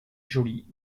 jolie